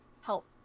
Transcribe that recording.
help